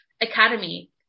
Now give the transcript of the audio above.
academy